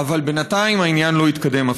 אבל בינתיים העניין לא התקדם.